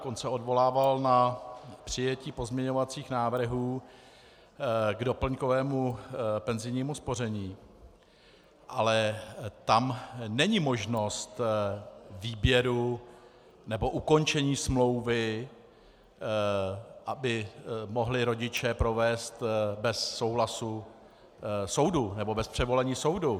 On se odvolával na přijetí pozměňovacích návrhů k doplňkovému penzijnímu spoření, ale tam není možnost výběru nebo ukončení smlouvy, aby mohli rodiče provést bez souhlasu soudu nebo přivolení soudu.